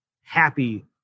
happy